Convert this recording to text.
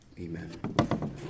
Amen